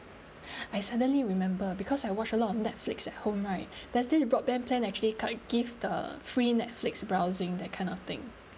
I suddenly remember because I watch a lot Netflix at home right does this broadband plan actually come give the free Netflix browsing that kind of thing